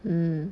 mm